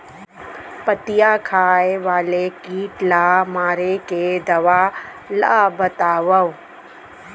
पत्तियां खाए वाले किट ला मारे के दवा ला बतावव?